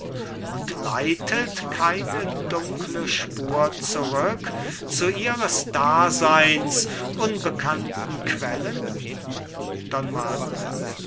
und leitet keine dunkle spur zurück zu ihres daseins unbekannten quellen